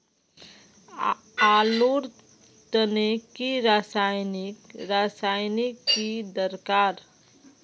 आलूर तने की रासायनिक रासायनिक की दरकार?